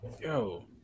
Yo